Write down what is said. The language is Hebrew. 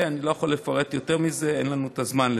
אני לא אוכל לפרט יותר מזה, אין לנו את הזמן לזה.